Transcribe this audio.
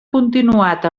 continuat